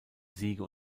siege